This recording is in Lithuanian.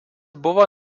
buvo